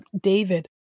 David